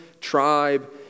tribe